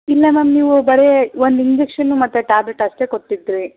ಇಲ್ಲ ಮ್ಯಾಮ್ ನೀವು ಬರೇ ಒಂದು ಇಂಜೆಕ್ಷನ್ ಮತ್ತು ಟ್ಯಾಬ್ಲೆಟ್ ಅಷ್ಟೇ ಕೊಟ್ಟಿದ್ದಿರಿ